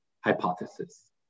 hypothesis